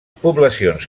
poblacions